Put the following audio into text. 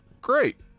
Great